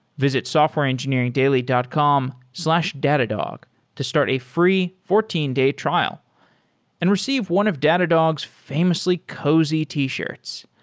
visit softwareengineeringdaily dot com slash datadog to start a free fourteen day trial and receive one of datadog's famously cozy t-shirts.